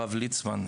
הרב ליצמן,